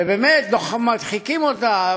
ובאמת, מדחיקים אותה.